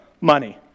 money